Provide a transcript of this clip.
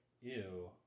ew